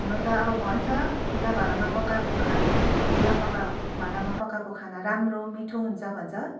हुन त अब भन्छ खुल्ला भाँडामा पकाएको खानु खुल्ला पकाएको भाँडामा पकाएको खाना राम्रो मिठो हुन्छ भन्छ